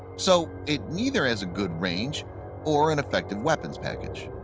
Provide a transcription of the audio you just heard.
so, it neither has a good range or an effective weapons package.